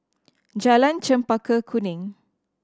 Jalan Chempaka Kuning